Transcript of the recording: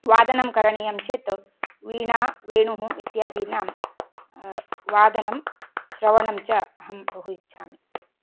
वादनं करणीयं चेत् वीणा वेणुः इत्यादीनां वादनं श्रवणं च अहं बहु इच्छामि